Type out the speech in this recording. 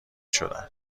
شدم